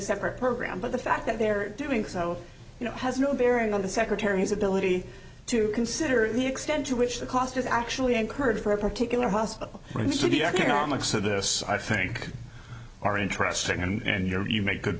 separate program but the fact that they're doing so you know has no bearing on the secretary's ability to consider the extent to which the cost is actually incurred for a particular hospital and so the economics of this i think are interesting and you're you make good